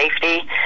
safety